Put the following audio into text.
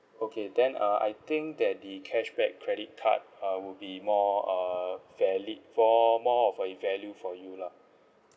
okay then uh I think that the cashback credit card uh would be more uh valid for more of a value for you lah